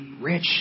rich